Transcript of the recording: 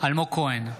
אלמוג כהן,